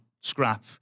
scrap